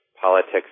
politics